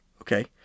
Okay